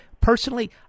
Personally